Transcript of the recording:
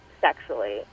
sexually